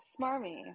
smarmy